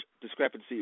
discrepancy